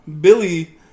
Billy